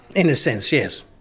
in a sense yes.